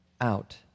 out